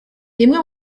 imwe